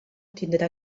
tindrà